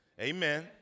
amen